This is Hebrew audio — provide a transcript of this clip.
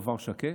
עבר בשקט.